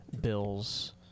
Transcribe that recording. bills